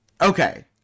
okay